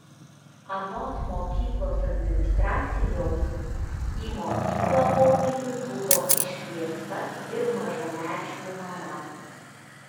anot mokyklos administracijos į mokyklą pokalbiui buvo iškviesta ir mažamečių mama